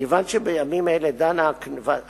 כיוון שבימים אלה דנה הכנסת